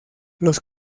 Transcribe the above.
los